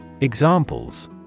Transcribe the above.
Examples